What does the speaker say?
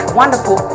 wonderful